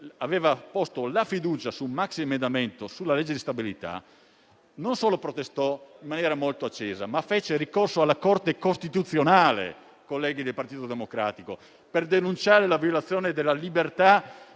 aveva posto la fiducia sul maxiemendamento alla legge di stabilità, non solo protestò in maniera molto accesa, ma fece ricorso alla Corte costituzionale, per denunciare la violazione della libertà